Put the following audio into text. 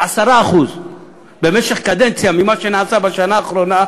במשך קדנציה ב-10% ממה שנעשה בשנה האחרונה,